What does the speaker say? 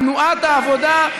תנועת העבודה,